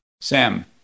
Sam